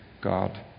God